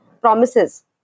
promises